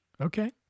Okay